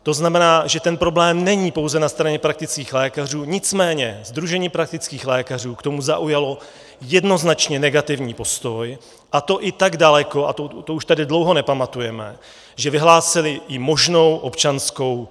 To znamená, že ten problém není pouze na straně praktických lékařů, nicméně Sdružení praktických lékařů k tomu zaujalo jednoznačně negativní postoj, a to i tak daleko a to už tady dlouho nepamatujeme že vyhlásili i možnou občanskou neposlušnost.